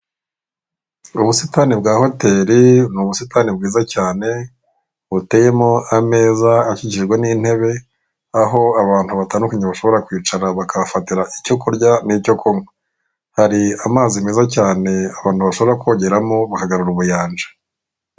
Ubusitani bwa hoteli ni ubusitani bwiza cyane buteyemo ameza ashyigikirwa n'intebe, aho abantu batandukanye bashobora kwicara bakahafatira icyo kurya nicyo kunywa. Hari amazi meza cyane abantu bashobora kogeramo bakagarura ubuyanja.